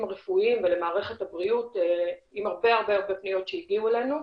הרפואיים ולמערכת הבריאות עם הרבה הרבה פניות שהגיעו אלינו.